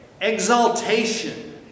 exaltation